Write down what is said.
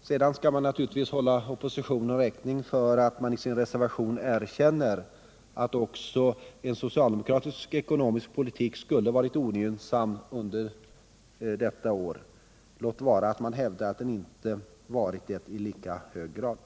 Sedan skall vi naturligtvis hålla oppositionen räkning för att man i sin reservation erkänner att också en socialdemokratisk ekonomisk politik skulle ha varit ogynnsam under detta år, låt vara att man hävdar att den inte skulle ha varit det i lika hög grad.